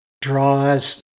draws